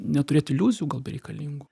neturėt iliuzijų gal bereikalingų